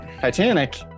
Titanic